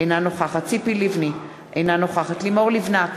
אינה נוכחת ציפי לבני, אינה נוכחת לימור לבנת,